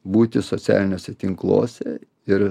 būti socialiniuose tinkluose ir